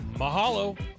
Mahalo